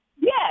Yes